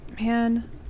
man